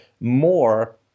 more